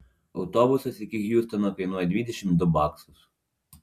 autobusas iki hjustono kainuoja dvidešimt du baksus